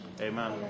Amen